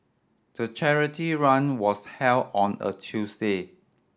the charity run was held on a Tuesday